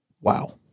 Wow